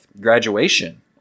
graduation